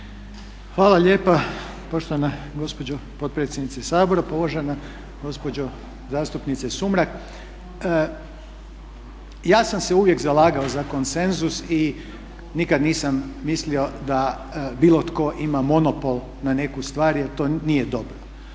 Hvala lijepo poštovana gospođo potpredsjednice. Pa uvažena gospođo zastupnice Sumrak, ja sam se uvijek zalagao za konsenzus i nikada nisam mislio da bilo tko ima monopol na neku stvar jer to nije dobro.